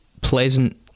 pleasant